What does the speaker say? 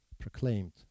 proclaimed